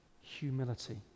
humility